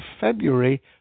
February